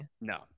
No